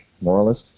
moralist